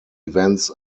events